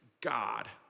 God